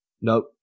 Nope